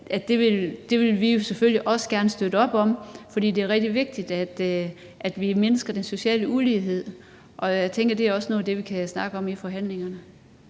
det vil vi selvfølgelig også gerne støtte op om, for det er rigtig vigtigt, at vi mindsker den sociale ulighed. Og jeg tænker, at det også er noget af det, vi kan snakke om i forhandlingerne.